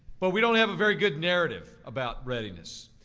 but we don't have a very good narrative about readiness.